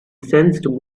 sensed